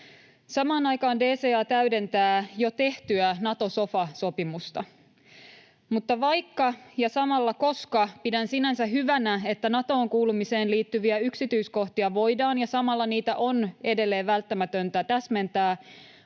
Samaan aikaan DCA täydentää jo tehtyä Nato-sofa-sopimusta. Mutta vaikka, ja samalla koska, pidän sinänsä hyvänä, että Natoon kuulumiseen liittyviä yksityiskohtia voidaan ja samalla niitä on edelleen välttämätöntä täsmentää,